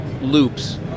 loops